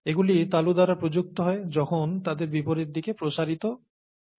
এগুলি তালু দ্বারা প্রযুক্ত হয় যখন তাদের বিপরীত দিকে প্রসারিত করা হয়